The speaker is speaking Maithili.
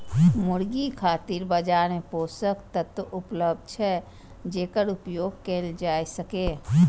मुर्गी खातिर बाजार मे पोषक तत्व उपलब्ध छै, जेकर उपयोग कैल जा सकैए